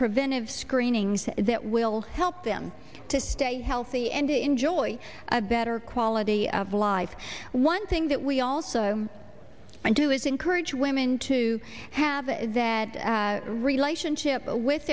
preventive screenings that will help them to stay healthy and to enjoy a better quality of life one thing that we also do is encourage women to have that relationship with